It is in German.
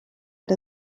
der